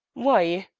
why?